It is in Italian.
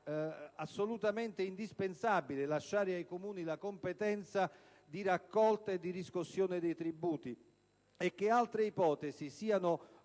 assolutamente indispensabile lasciare ai comuni le competenze di raccolta dei rifiuti e di riscossione dei tributi e che altre ipotesi siano